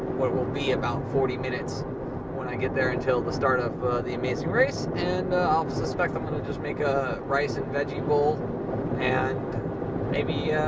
what will be about forty minutes when i get there until the start of the amazing race. and i suspect i'm gonna just make a rice and veggie bowl and maybe